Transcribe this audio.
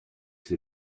ses